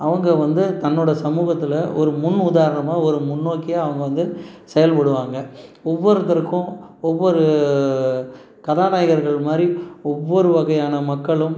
அவங்க வந்து தன்னோடய சமூகத்தில் ஒரு முன் உதாரணமாக ஒரு முன்னோக்கியாக அவங்கள் வந்து செயல்படுவாங்க ஒவ்வொருத்தருக்கும் ஒவ்வொரு கதாநாயகர்கள் மாதிரி ஒவ்வொரு வகையான மக்களும்